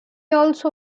also